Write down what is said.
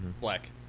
black